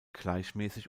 gleichmäßig